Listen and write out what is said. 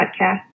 podcast